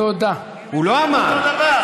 הוא לא אמר.